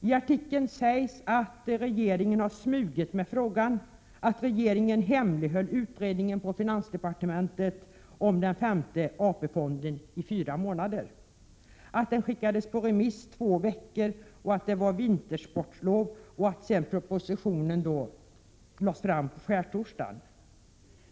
I artikeln sägs att regeringen har smugit med frågan, att regeringen hemlighöll utredningen på finansdepartementet om den femte AP-fonden i fyra månader, att den skickades på remiss två veckor, att det var vintersportlov och att propositionen sedan lades fram på skärtorsdagen.